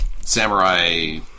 samurai